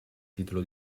titolo